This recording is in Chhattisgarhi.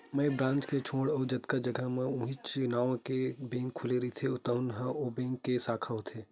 माई ब्रांच के छोड़े अउ जतका जघा म उहींच नांव के बेंक खुले रहिथे तउन ह ओ बेंक के साखा होथे